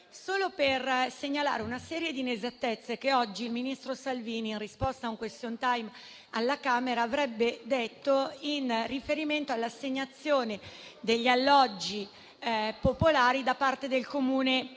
vorrei segnalare una serie di inesattezze che oggi il ministro Salvini, in risposta a un *question time* alla Camera, avrebbe detto in riferimento all'assegnazione degli alloggi popolari da parte del Comune